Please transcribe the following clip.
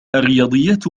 الرياضيات